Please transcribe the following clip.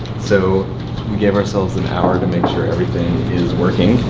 so we gave ourselves an hour to make sure everything is working,